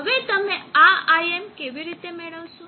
હવે તમે આ Im કેવી રીતે મેળવશો